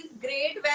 great